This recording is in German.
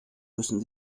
müssen